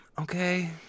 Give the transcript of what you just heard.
Okay